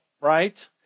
right